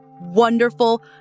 wonderful